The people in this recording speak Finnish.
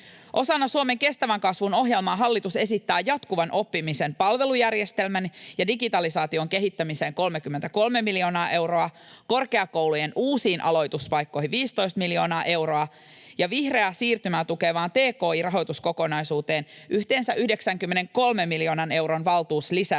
Osana Suomen kestävän kasvun ohjelmaa hallitus esittää jatkuvan oppimisen palvelujärjestelmän ja digitalisaation kehittämiseen 33 miljoonaa euroa, korkeakoulujen uusiin aloituspaikkoihin 15 miljoonaa euroa ja vihreää siirtymää tukevaan tki-rahoituskokonaisuuteen yhteensä 93 miljoonan euron valtuuslisäyksiä